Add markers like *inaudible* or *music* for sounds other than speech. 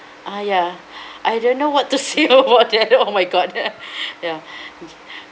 uh ya *breath* I don't know what to say about that lor *laughs* oh my god *laughs* *breath* ya *breath* mm